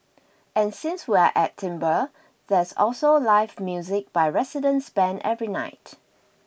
and since we're at Timbre there's also live music by residents bands every night